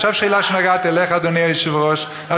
עכשיו השאלה שנוגעת לך, אדוני ראש הממשלה.